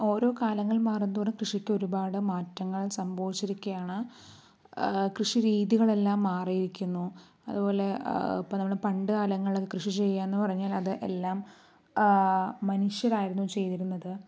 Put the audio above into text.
ഓരോ കാലങ്ങൾ മാറും തോറും കൃഷിക്ക് ഒരുപാട് മാറ്റങ്ങൾ സംഭവിച്ചിരിക്കുകയാണ് കൃഷി രീതികളെല്ലാം മാറിയിരിക്കുന്നു അതുപോലെ ഇപ്പോൾ നമ്മൾ പണ്ടു കാലങ്ങളിലൊക്കെ കൃഷി ചെയ്യാൻ എന്നു പറഞ്ഞാൽ അത് എല്ലാം മനുഷ്യരായിരുന്നു ചെയ്തിരുന്നത്